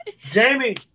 Jamie